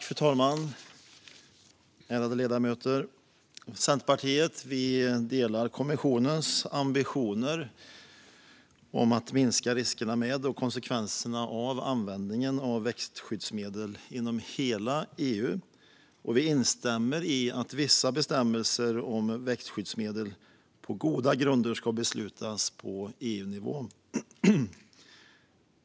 Fru talman! Ärade ledamöter! Centerpartiet delar kommissionens ambitioner när det gäller att minska riskerna med och konsekvenserna av användningen av växtskyddsmedel inom hela EU. Vi instämmer också i att vissa bestämmelser om växtskyddsmedel på goda grunder ska beslutas på EU-nivå.